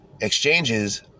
exchanges